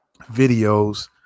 videos